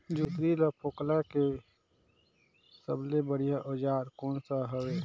जोंदरी ला फोकला के सबले बढ़िया औजार कोन सा हवे?